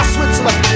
Switzerland